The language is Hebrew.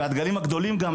והדגלים הגדולים גם,